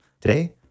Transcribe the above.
Today